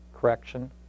Correction